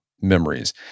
memories